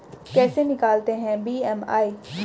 कैसे निकालते हैं बी.एम.आई?